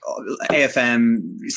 AFM